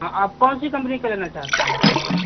हाँ आप कौन सी कंपनी का लेना चाहते है साइकेल